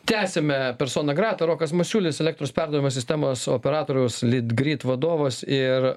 tęsiame persona grata rokas masiulis elektros perdavimo sistemos operatoriaus litgrid vadovas ir